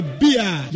beer